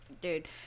dude